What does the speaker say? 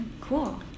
Cool